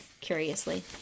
curiously